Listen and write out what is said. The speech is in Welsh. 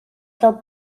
fel